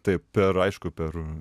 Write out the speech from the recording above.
taip per aišku per